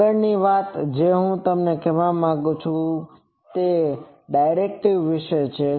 આગળની વાત જે હું કહેવા માંગું છું તે તે છે જે ડાયરેક્ટિવિટી વિશે છે